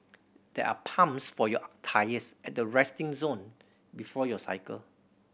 there are pumps for your tyres at the resting zone before you cycle